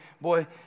boy